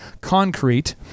Concrete